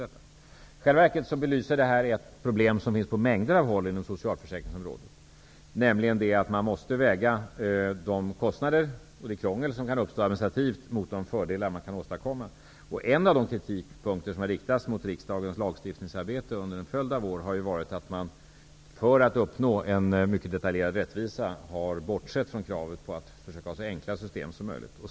I själva verket belyser det här ett problem som finns på mängder av håll inom socialförsäkringsområdet, nämligen att man måste väga de kostnader och det krångel som kan uppstå administrativt mot de fördelar man kan åstadkomma. En av de kritikpunkter som har riktats mot riksdagens lagstiftningsarbete under en följd av år har ju varit att man, för att uppnå en mycket detaljerad rättvisa, har bortsett från kravet på att sträva efter så enkla system som möjligt.